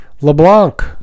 LeBlanc